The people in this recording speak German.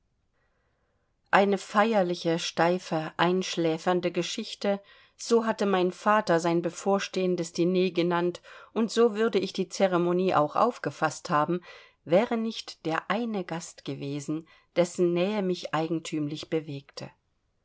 eine feierliche steife einschläfernde geschichte so hatte mein vater sein bevorstehendes diner genannt und so würde ich die ceremonie auch aufgefaßt haben wäre nicht der eine gast gewesen dessen nähe mich eigentümlich bewegte